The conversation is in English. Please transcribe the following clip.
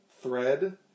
thread